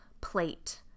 plate